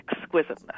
exquisiteness